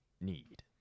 need